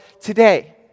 today